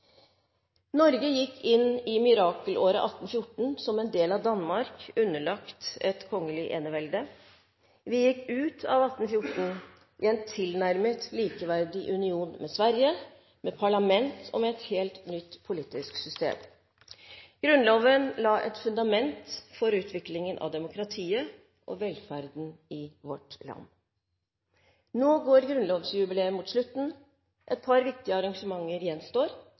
Norge gikk inn i mirakelåret 1814 som en del av Danmark, underlagt et kongelig enevelde. Vi gikk ut av 1814 i en tilnærmet likeverdig union med Sverige – med parlament og med et helt nytt politisk system. Grunnloven la et fundament for utviklingen av demokratiet og velferden i vårt land. Nå går grunnlovsjubileet mot slutten, et par viktige arrangementer gjenstår.